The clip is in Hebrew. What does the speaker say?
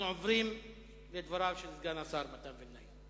אנחנו עוברים לדבריו של סגן השר מתן וילנאי.